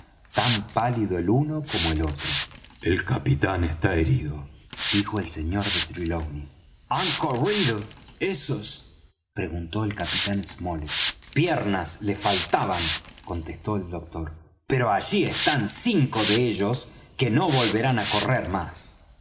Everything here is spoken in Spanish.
tan pálido el uno como el otro el capitán está herido dijo el sr de trelawney han corrido esos preguntó el capitán smollet piernas les faltaban contestó el doctor pero allí están cinco de ellos que no volverán á correr más